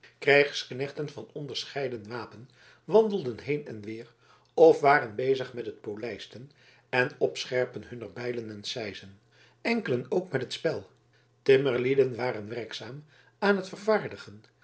krijgsknechten van onderscheiden wapen wandelden heen en weer of waren bezig met het polijsten en opscherpen hunner bijlen en seizen enkelen ook met het spel timmerlieden waren werkzaam aan het vervaardigen